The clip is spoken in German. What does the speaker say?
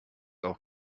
auch